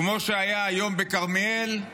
כמו שהיה היום בכרמיאל,